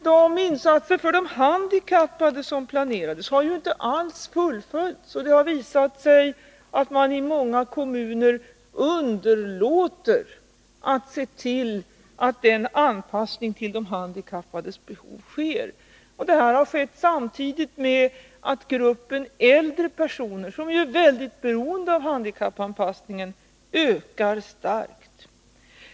De insatser för de handikappade som planerades har inte alls fullföljts. Det har visat sig att man i många kommuner underlåter att se till att det görs en anpassning till de handikappades behov. Det har skett samtidigt med att gruppen äldre personer, som ju är mycket beroende av handikappanpassningen, starkt ökat.